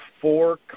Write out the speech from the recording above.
four